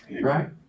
Right